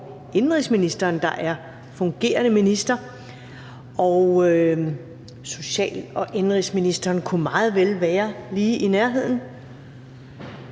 indenrigsministeren, der er fungerende minister. Social- og indenrigsministeren kunne meget vel være lige i nærheden,